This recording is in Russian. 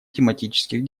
тематических